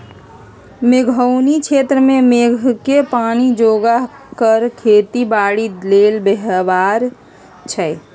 मेघोउनी क्षेत्र में मेघके पानी जोगा कऽ खेती बाड़ी लेल व्यव्हार छै